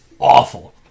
awful